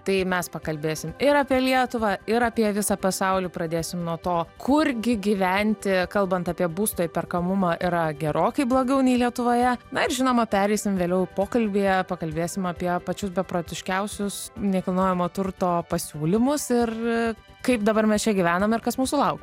tai mes pakalbėsim ir apie lietuvą ir apie visą pasaulį pradėsim nuo to kurgi gyventi kalbant apie būsto įperkamumą yra gerokai blogiau nei lietuvoje na ir žinoma pereisim vėliau pokalbyje pakalbėsim apie pačius beprotiškiausius nekilnojamo turto pasiūlymus ir kaip dabar mes čia gyvenam ir kas mūsų laukia